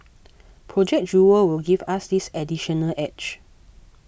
Project Jewel will give us this additional edge